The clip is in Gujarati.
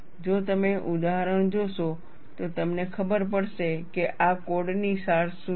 જો તમે ઉદાહરણો જોશો તો તમને ખબર પડશે કે આ કોડનો સાર શું છે